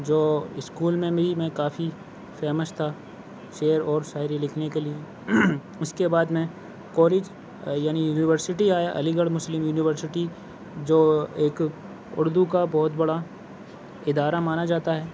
جو اسکول میں ہی میں کافی فیمس تھا شعر اور شاعری لکھنے کے لیے اِس کے بعد میں کالج یعنی یونیورسٹی آیا علی گڑھ مسلم یونیورسٹی جو ایک اُردو کا بہت بڑا ادارہ مانا جاتا ہے